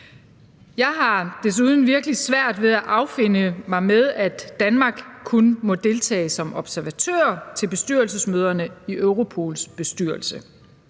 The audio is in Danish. Jeg har desuden virkelig svært ved at affinde mig med, at Danmark kun må deltage som observatør til bestyrelsesmøderne i Europols bestyrelse.